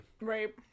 Right